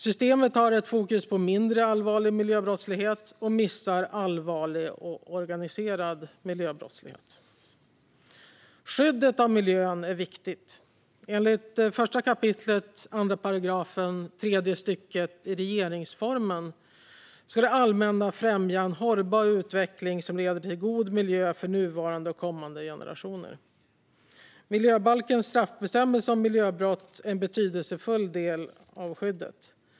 Systemet har fokus på mindre allvarlig miljöbrottslighet och missar allvarlig och organiserad miljöbrottslighet. Skyddet av miljön är viktigt. Enligt 1 kap. 2 § tredje stycket regeringsformen ska det allmänna främja en hållbar utveckling som leder till god miljö för nuvarande och kommande generationer. Miljöbalkens straffbestämmelse om miljöbrott är en betydelsefull del av skyddet.